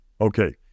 Okay